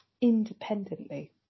independently